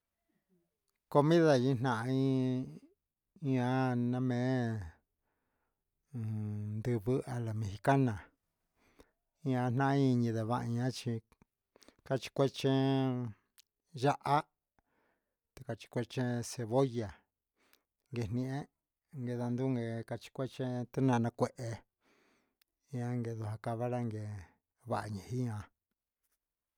Comida yɨɨ ndajii yaa na mee uju ndivɨ a la mexicana ñaa naan iñi ndavaha ña chi cachi cuehe chi yaha ca chi cueche cebolla quihnihin guelandia cachi cueche tinana cuehe ian gue valangue vajian